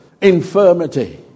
infirmity